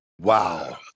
Wow